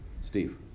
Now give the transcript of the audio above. Steve